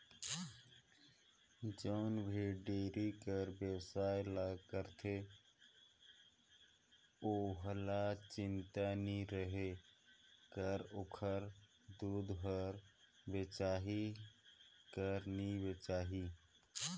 जउन भी डेयरी कर बेवसाय ल करथे ओहला चिंता नी रहें कर ओखर दूद हर बेचाही कर नी बेचाही